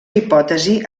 hipòtesi